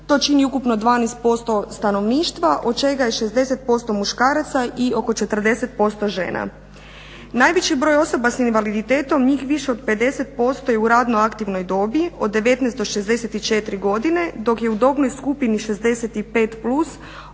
To čini ukupno 12% stanovništva od čega je 60% muškaraca i oko 40% žena. Najveći broj osoba sa invaliditetom njih više od 50% je u radno aktivnoj dobi od 19 do 64 godine dok je u dobnoj skupini 65+ oko 45%